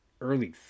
early